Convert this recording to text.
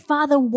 Father